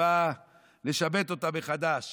והוא בא לשבט אותם מחדש